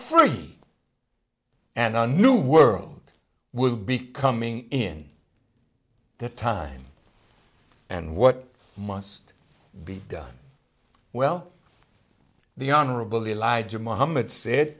free and a new world will be coming in the time and what must be done well the honorable elijah muhammad said